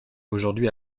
aujourd’hui